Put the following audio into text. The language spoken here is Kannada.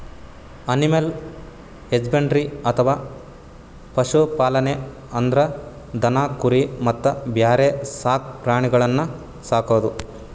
ಅನಿಮಲ್ ಹಜ್ಬೆಂಡ್ರಿ ಅಥವಾ ಪಶು ಪಾಲನೆ ಅಂದ್ರ ದನ ಕುರಿ ಮತ್ತ್ ಬ್ಯಾರೆ ಸಾಕ್ ಪ್ರಾಣಿಗಳನ್ನ್ ಸಾಕದು